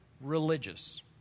religious